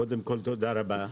קודם כול, תודה רבה.